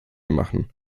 machen